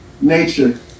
nature